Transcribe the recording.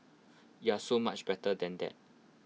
you are so much better than that